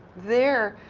there,